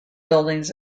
buildings